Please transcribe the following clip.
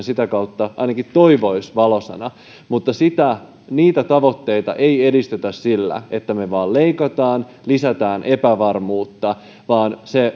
sitä kautta ainakin toivoisi valoisana mutta niitä tavoitteita ei edistetä sillä että me vain leikkaamme lisäämme epävarmuutta vaan